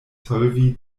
solvi